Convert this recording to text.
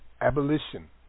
Abolition